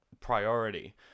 priority